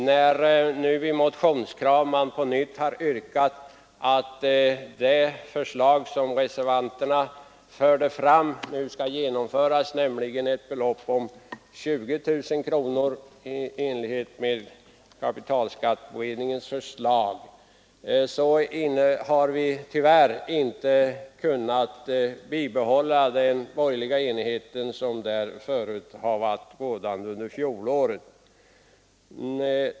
När motionskrav nu på nytt framförts om bifall till reservanternas förslag från i fjol, att minimigränsen skulle sättas vid 20 000 kronor i enlighet med kapitalskatteberedningens förslag, har vi tyvärr inte kunnat bibehålla den borgerliga enighet som rådde förra året.